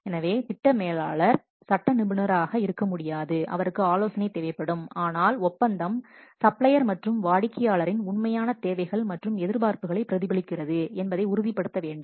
எனவே திட்ட மேலாளர் சட்ட நிபுணராக இருக்க முடியாது அவருக்கு ஆலோசனை தேவைப்படும் ஆனால் ஒப்பந்தம் சப்ளையர் மற்றும் வாடிக்கையாளரின் உண்மையான தேவைகள் மற்றும் எதிர்பார்ப்புகளை பிரதிபலிக்கிறது என்பதை உறுதிப்படுத்த வேண்டும்